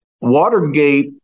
Watergate